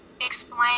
explain